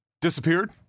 Disappeared